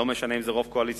לא משנה אם זה רוב קואליציוני,